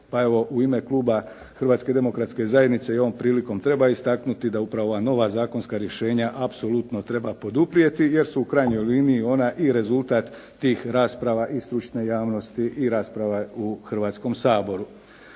pa evo u ime kluba Hrvatske demokratske zajednice i ovom prilikom treba istaknuti da upravo ova nova zakonska rješenja apsolutno treba poduprijeti jer su u krajnjoj liniji ona i rezultat tih rasprava i stručne javnosti i rasprava u Hrvatskom saboru.